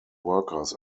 workers